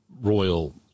...royal